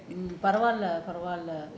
பரவால்ல பரவால்ல:paravalla paravalla